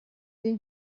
sie